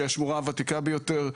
שהיא השמורה הוותיקה ביותר,